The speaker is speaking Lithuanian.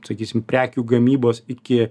sakysim prekių gamybos iki